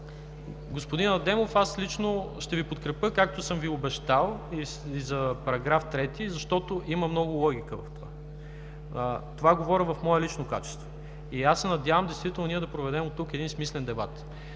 Господин Адемов, аз лично ще Ви подкрепя, както съм Ви обещал, и за § 3, защото има много логика в това. Говоря това в мое лично качество. Надявам се действително да проведем оттук един смислен дебат.